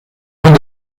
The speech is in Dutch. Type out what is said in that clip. van